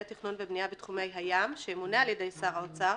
תכנון ובנייה בתחומי הים שימונה על ידי שר האוצר,